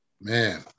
Man